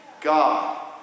God